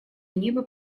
неба